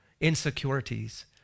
insecurities